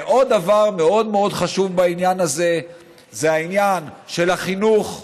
ועוד דבר מאוד מאוד חשוב בעניין הזה זה העניין של החינוך.